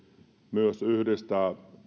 myös yhdistää